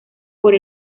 por